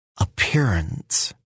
appearance